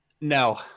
No